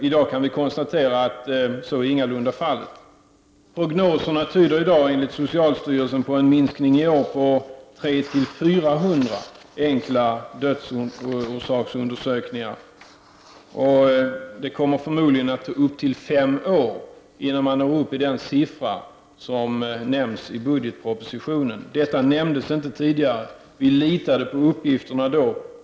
I dag kan vi konstatera att så ingalunda är fallet. Prognoserna tyder i dag, enligt socialstyrelsen, på en minskning i år med 300-400 enkla dödsorsaksundersökningar. Det kommer förmodligen att ta upp till fem år innan man når upp till det antal som anges i budgetpropositionen. Detta nämndes inte tidigare. Vi litade på uppgifterna då.